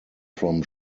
from